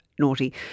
Naughty